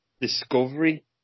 Discovery